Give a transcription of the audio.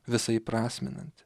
visa įprasminanti